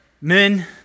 men